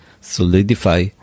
solidify